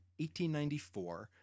1894